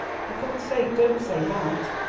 for god's sake don't say that!